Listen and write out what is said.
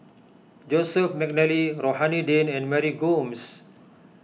Joseph McNally Rohani Din and Mary Gomes